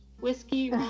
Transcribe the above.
whiskey